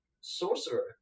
Sorcerer